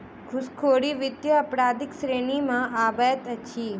घूसखोरी वित्तीय अपराधक श्रेणी मे अबैत अछि